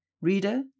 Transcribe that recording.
Reader